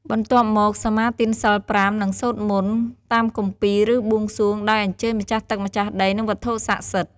បន្ទាប់មក សមាទានសីល ៥ និង សូត្រមន្ត តាមគម្ពីរ ឬបួងសួង ដោយអញ្ជើញម្ចាស់ទឹកម្ចាស់ដី និងវត្ថុស័ក្តិសិទ្ធិ ។